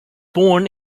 born